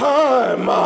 time